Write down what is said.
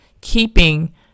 keeping